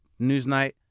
Newsnight